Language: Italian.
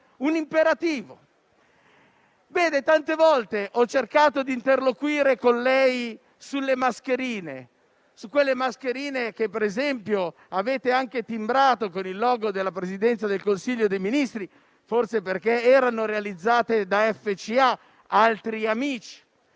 un imperativo. Tante volte ho cercato di interloquire con lei sulle mascherine, su quelle mascherine che per esempio avete anche timbrato con il logo della Presidenza del Consiglio dei ministri, forse perché erano realizzate da FCA (altri amici).